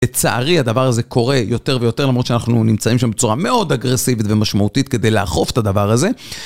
לצערי הדבר הזה קורה יותר ויותר למרות שאנחנו נמצאים שם בצורה מאוד אגרסיבית ומשמעותית כדי לאכוף את הדבר הזה.